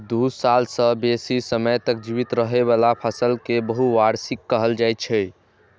दू साल सं बेसी समय तक जीवित रहै बला फसल कें बहुवार्षिक कहल जाइ छै